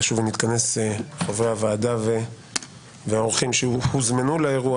נשוב ונתכנס חברי הוועדה והאורחים שהוזמנו לאירוע